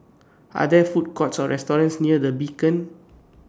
Are There Food Courts Or restaurants near The Beacon